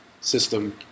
system